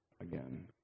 again